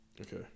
Okay